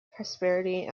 prosperity